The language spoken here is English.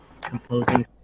composing